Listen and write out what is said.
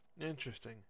Interesting